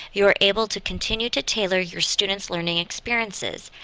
you are able to continue to tailor your students' learning experiences,